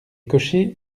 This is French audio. cochers